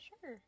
sure